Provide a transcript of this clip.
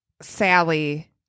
Sally